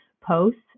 posts